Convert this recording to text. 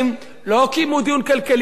לא קיימו דיון כלכלי מאז,